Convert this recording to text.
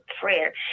prayer